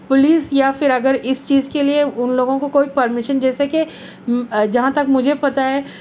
police یا پھر اگر اس چیز کے لیے ان لوگوں کو کوئی پرمیشن جیسے کہ جہاں تک مجھے پتہ ہے